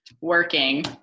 working